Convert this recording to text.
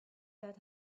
that